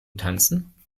tanzen